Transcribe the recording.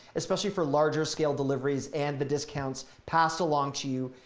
especially for larger scale deliveries, and the discounts passed along to you,